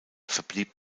verblieb